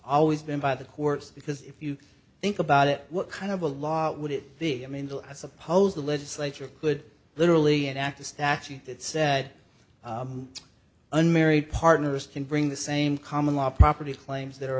always been by the courts because if you think about it what kind of a law would it be i mean bill i suppose the legislature could literally an act a statute that said unmarried partners can bring the same common law property claims that are